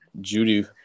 Judy